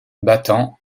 battant